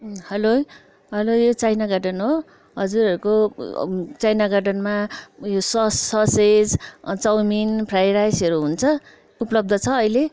hello hello यो China garden हो हजुरहरूको चाइना गार्डनमा ऊ यो सस ससेज चाउमिन फ्राई राइसहरू हुन्छ उपलब्ध छ अहिले